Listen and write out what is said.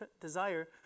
desire